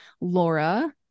Laura